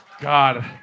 God